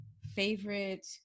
Favorite